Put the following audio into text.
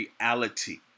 reality